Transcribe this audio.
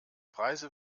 preise